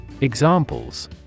Examples